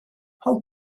how